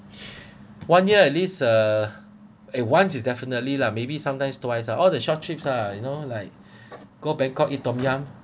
one year at least uh eh once is definitely lah maybe sometimes twice lah all the short trips lah or you know like go bangkok eat tom yum